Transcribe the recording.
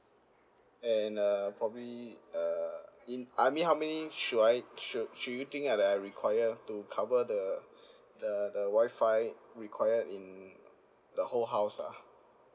and uh probably uh in I mean how many should I should should you think are there I require to cover the the the wi-fi required in the whole house ah